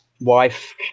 wife